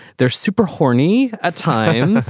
they're super horny at times,